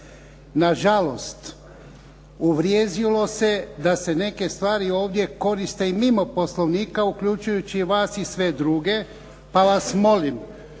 nažalost, uvriježilo se da neke stvari ovdje koriste i mimo Poslovnika, uključujući i vas i sve druge. Pa vas molim